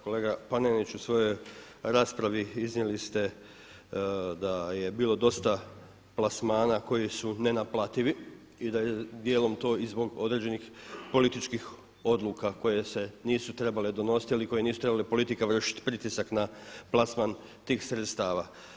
Kolega Panenić u svoj raspravi iznijeli ste da je bilo dosta plasmana koji su nenaplativi i da je djelom to i zbog određenih političkih odluka koje se nisu trebale donositi, ali i koje nisu trebale politikama vršiti pritisak na plasman tih sredstava.